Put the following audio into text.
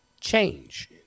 change